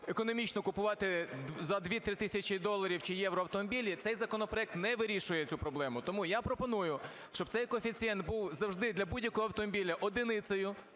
економічно купувати за 2-3 тисячі доларів чи євро автомобілі, цей законопроект не вирішує цю проблему. Тому я пропоную, щоб цей коефіцієнт був завжди для будь-якого автомобіля одиницею,